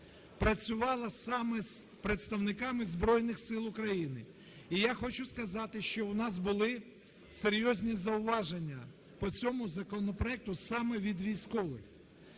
працювала саме з представниками Збройних Сил України. І я хочу сказати, що у нас були серйозні зауваження по цьому законопроекту саме від військових.